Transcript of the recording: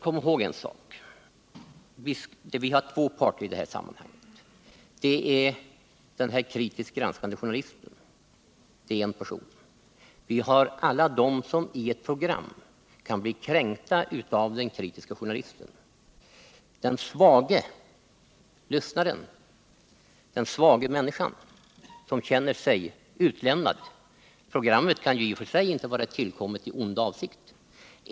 Kom ihåg en sak: Vi har två parter i detta sammanhang! Den kritiskt granskande journalisten är den ena parten. Alla de som i ett program kan bli kränkta av den kritiska journalisten är den andra. Här gäller det den svage - den svaga människan, lyssnaren, som känner sig utlämnad. Programmet behöver i sig inte vara tillkommet i onda avsikter.